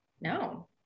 no